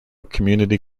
community